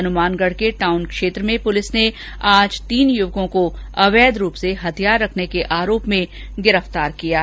हनुमानगढ के टाउन क्षेत्र में पुलिस ने आज तीन युवकों को अवैध रूप से हथियार रखने के आरोप में गिरफतार किया है